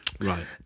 Right